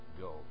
go